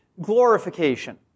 glorification